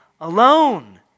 alone